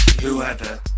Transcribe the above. whoever